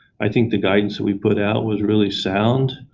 i think the guidance we put out was really sound.